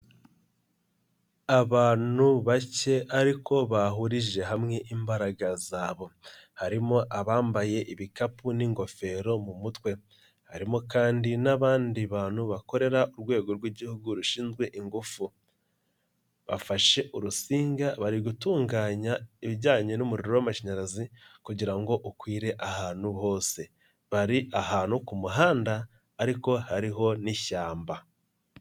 Abantu bake ariko bahurije hamwe imbaraga zabo, harimo abambaye ibikapu n'ingofero mu mutwe, harimo kandi n'abandi bantu bakorera urwego rw'Igihugu rushinzwe ingufu, bafashe urusinga bari gutunganya ibijyanye n'umuriro w'amashanyarazi kugirango ngo ukwire ahantu hose, bari ahantu ku muhanda ariko hariho n'ishyamba.